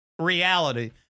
reality